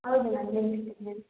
ಹೌದು ಮ್ಯಾಮ್ ನಿಲ್ಸ್ತಿವಿ ನಿಲ್ಸಿ